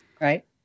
Right